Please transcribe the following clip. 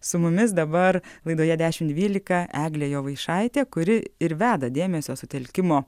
su mumis dabar laidoje dešim dvylika eglė jovaišaitė kuri ir veda dėmesio sutelkimo